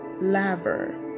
laver